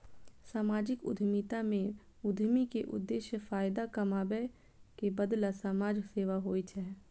सामाजिक उद्यमिता मे उद्यमी के उद्देश्य फायदा कमाबै के बदला समाज सेवा होइ छै